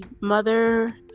mother